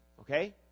Okay